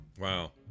Wow